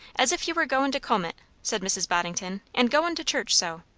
as if you were goin' to comb it? said mrs. boddington and goin' to church so?